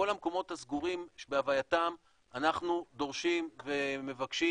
כל המקומות הסגורים בהווייתם אנחנו דורשים ומבקשים,